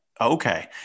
Okay